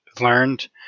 learned